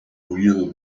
real